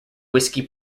whisky